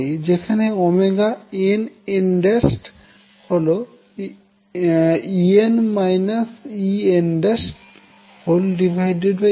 যেখানে nn হল En En ℏ